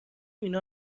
اینا